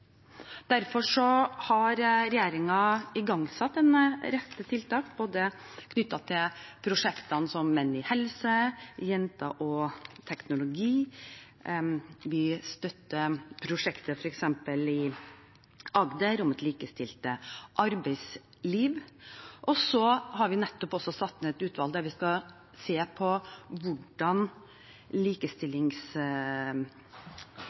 Derfor har regjeringen igangsatt en rekke tiltak knyttet til prosjekter som Menn i helse og Jenter og teknologi. Vi støtter også prosjektet i Agder – Likestilt arbeidsliv. Og så har vi nettopp satt ned et utvalg der vi skal se på hvordan